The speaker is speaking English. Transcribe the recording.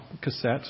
Cassette